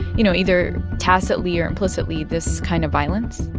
you know, either tacitly or implicitly, this kind of violence?